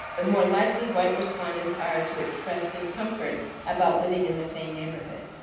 the more likely white respondents are to express discomfort about living in the same neighborhood.